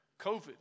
COVID